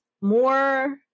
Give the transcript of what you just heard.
more